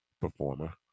performer